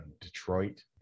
detroit